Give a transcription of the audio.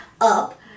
up